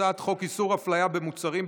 הצעת חוק איסור הפליה במוצרים,